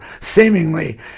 seemingly